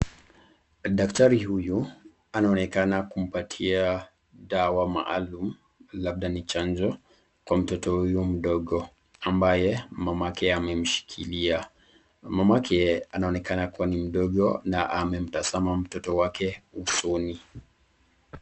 Daktari huyu anaonekana kumpatia dawa maalum labda ni chanjo kwa mtoto huyu mdogo ambaye mama yake amemshikilia. Mamake anaonekana kua ni mdogo na amemutazama mtoto wake usoni.